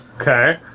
Okay